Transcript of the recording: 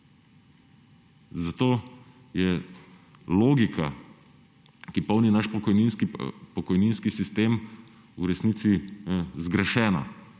Zato je logika, ki polni naš pokojninski sistem, v resnici zgrešena.